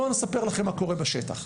בואו אני אספר לכם מה קורה בשטח.